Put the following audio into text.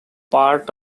part